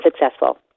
successful